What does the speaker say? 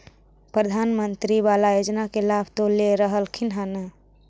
प्रधानमंत्री बाला योजना के लाभ तो ले रहल्खिन ह न?